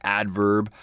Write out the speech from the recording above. adverb